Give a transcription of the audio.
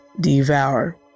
devour